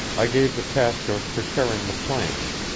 i gave the task of preparing the plans,